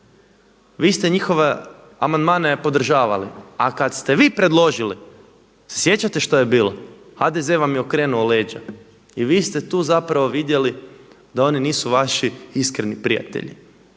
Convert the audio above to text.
vi ste njihove amandmane podržavali, a kada ste vi predložili jel se sjećate što je bilo, HDZ vam je okrenuo leđa i vi ste tu vidjeli da oni nisu vaši iskreni prijatelji.